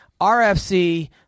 RFC